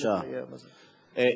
אריה אלדד.